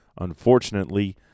Unfortunately